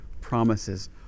promises